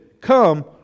come